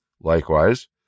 Likewise